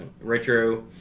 Retro